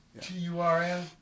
T-U-R-N